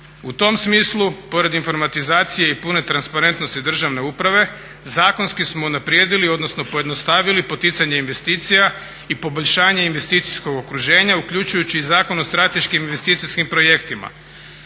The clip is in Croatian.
U tom smislu pored informatizacije i pune transparentnosti državne uprave zakonski smo unaprijedili odnosno pojednostavili poticanje investicija i poboljšanje investicijskog okruženja uključujući i Zakon o strateškim investicijskim projektima.